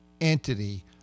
entity